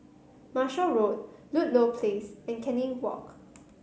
Marshall Road Ludlow Place and Canning Walk